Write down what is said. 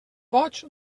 boig